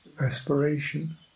aspiration